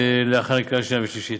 להכנה לקריאה שנייה ושלישית.